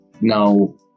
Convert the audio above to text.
Now